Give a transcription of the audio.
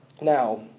Now